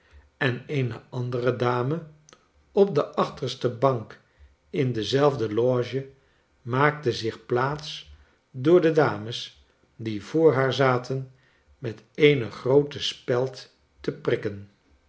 en eene andere dame op de achterste bank in dezelfde loge maakte zich plaats door de dames die voor haar zaten met eene groote speld te prikken